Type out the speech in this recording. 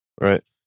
Right